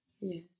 Yes